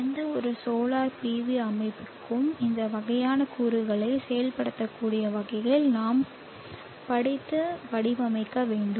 எந்தவொரு solar PV அமைப்பிற்கும் இந்த வகையான கூறுகளை செயல்படுத்தக்கூடிய வகையில் நாம் படித்து வடிவமைக்க வேண்டும்